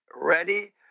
ready